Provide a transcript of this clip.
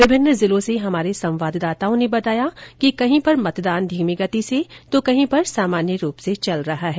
विभिन्न जिर्लो से हमारे संवाददाताओं ने बताया कि कहीं पर मतदान धीमी गति से तो कहीं पर सामान्य रूप से चल रहा है